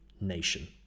nation